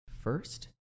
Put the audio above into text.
first